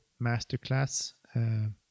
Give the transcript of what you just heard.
masterclass